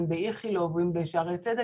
איכילוב או אם בשערי צדק.